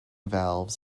valves